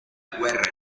guerra